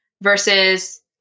versus